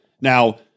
Now